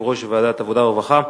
יושב-ראש ועדת העבודה והרווחה.